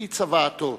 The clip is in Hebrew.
היא צוואתו,